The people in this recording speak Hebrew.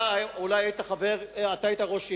אתה היית ראש עיר.